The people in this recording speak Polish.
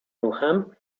ruchem